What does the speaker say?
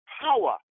power